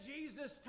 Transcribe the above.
Jesus